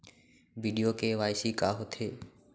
video KYC का होथे